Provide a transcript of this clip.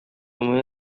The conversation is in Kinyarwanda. moya